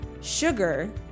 sugar